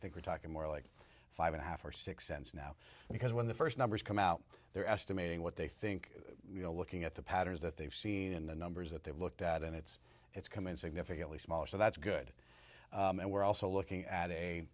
think we're talking more like five and a half or six cents now because when the first numbers come out they're estimating what they think you know looking at the patterns that they've seen in the numbers that they've looked at and it's it's coming significantly smaller so that's good and we're also looking at a